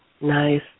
nice